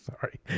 sorry